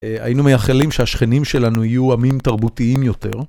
היינו מייחלים שהשכנים שלנו יהיו עמים תרבותיים יותר.